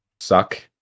suck